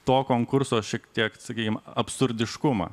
to konkurso šiek tiek sakykim absurdiškumą